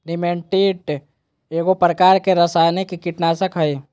निमेंटीड एगो प्रकार के रासायनिक कीटनाशक हइ